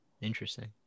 interesting